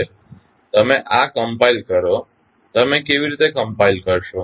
હવે તમે આ કમ્પાઇલ કરો તમે કેવી રીતે કમ્પાઇલ કરશો